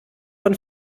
von